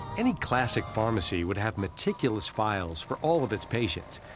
any classic pharmacy would have meticulous files for all of its patients.